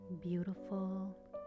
Beautiful